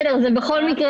בכל מקרה,